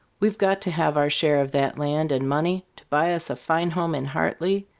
we've got to have our share of that land and money to buy us a fine home in hartley,